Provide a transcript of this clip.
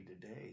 today